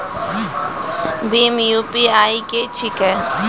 भीम UPI की छीके?